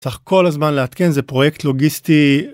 צריך כל הזמן לעדכן זה פרויקט לוגיסטי.